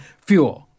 fuel